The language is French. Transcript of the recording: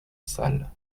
sale